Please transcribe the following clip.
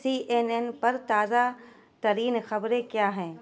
سی N N پر تازہ ترین خبریں کیا ہیں